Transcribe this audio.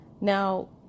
Now